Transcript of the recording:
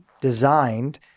designed